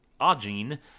Ajin